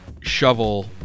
shovel